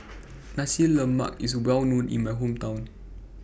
Nasi Lemak IS Well known in My Hometown